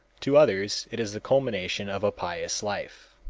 to others it is the culmination of a pious life.